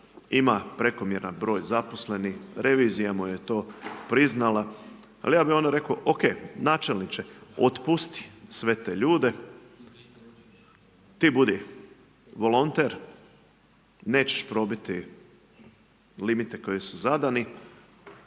ima prekomjeran broj zaposlenih, revizija mu je to priznala ali ja bih onda rekao OK, načelniče, otpusti sve te ljude, ti budi volonter, nećeš probiti limite koji su zadani,